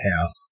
house